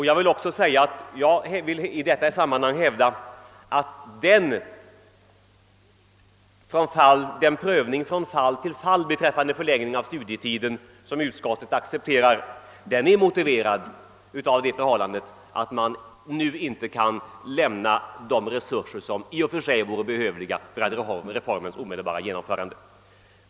Jag vill i detta sammanhang också hävda, att den prövning från fall till fall av ansökningar om förlängning av studietiden som utskottet accepterar är motiverad av att vi nu inte kan ställa de resurser till förfogande som i och för sig vore behövliga för reformens omedelbara genomförande.